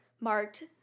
marked